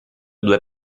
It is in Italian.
due